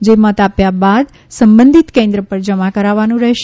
જોં મત આપ્યા બાદ સંબંધિત કેન્દ્ર પર જમા કરાવવાનું રહેશે